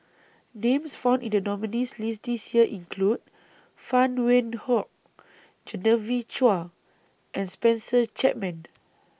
Names found in The nominees' list This Year include Phan Wait Hong Genevieve Chua and Spencer Chapman